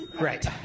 Right